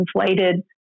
inflated